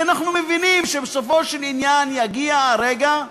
כי אנחנו מבינים שבסופו של עניין יגיע הרגע,